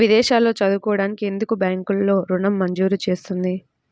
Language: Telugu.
విదేశాల్లో చదువుకోవడానికి ఎందుకు బ్యాంక్లలో ఋణం మంజూరు చేస్తుంది?